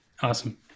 Awesome